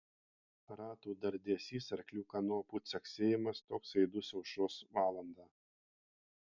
ratų dardesys arklių kanopų caksėjimas toks aidus aušros valandą